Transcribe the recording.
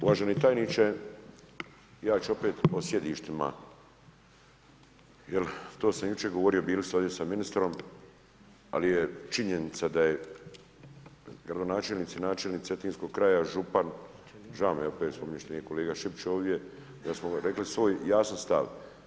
Uvaženi tajniče, ja ću opet o sjedištima jer to sam jučer govorio, bili ste ovdje sa ministrom, ali je činjenica da su gradonačelnici, načelnici cetinskog kraja, župan, žao mi je opet što nije kolega Šipić ovdje, … ovdje rekli svoj jasan stav.